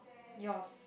yours